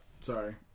sorry